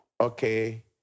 Okay